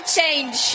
change